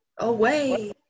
Away